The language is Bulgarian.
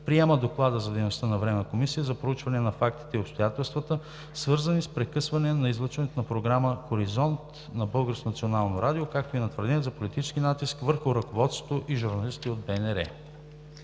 г., Докладът за дейността на Временната комисия за проучване на фактите и обстоятелствата, свързани с прекъсване на излъчването на програма „Хоризонт“ на Българско национално радио, както и на твърденията за политически натиск върху ръководството и журналисти от